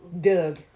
Doug